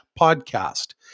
podcast